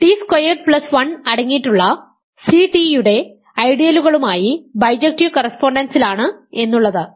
T squared plus 1 അടങ്ങിയിട്ടുള്ള C T യുടെ ഐഡിയലുകമായി ബൈജക്ടീവ് കറസ്പോണ്ടൻസിലാണ് എന്നുള്ളത്